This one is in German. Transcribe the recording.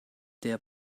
der